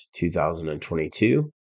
2022